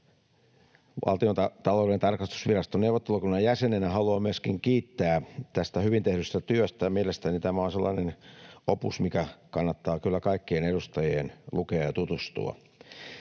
Valtiontalouden tarkastusviraston neuvottelukunnan jäsenenä haluan myöskin kiittää tästä hyvin tehdystä työstä, ja mielestäni tämä on sellainen opus, mikä kannattaa kyllä kaikkien edustajien lukea ja tutustua.